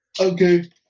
Okay